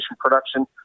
production